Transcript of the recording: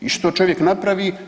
I što čovjek napravi?